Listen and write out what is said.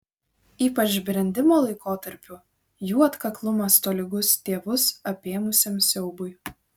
ypač brendimo laikotarpiu jų atkaklumas tolygus tėvus apėmusiam siaubui